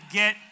get